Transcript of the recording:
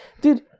dude